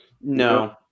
No